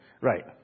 Right